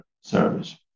service